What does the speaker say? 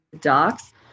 docs